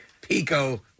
Pico